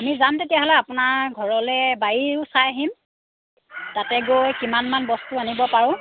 আমি যাম তেতিয়াহ'লে আপোনাৰ ঘৰলৈ বাৰীও চাই আহিম তাতে গৈ কিমানমান বস্তু আনিব পাৰোঁ